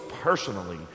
personally